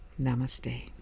Namaste